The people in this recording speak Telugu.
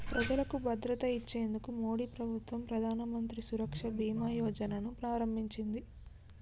ప్రజలకు భద్రత ఇచ్చేందుకు మోడీ ప్రభుత్వం ప్రధానమంత్రి సురక్ష బీమా యోజన ను ప్రారంభించింది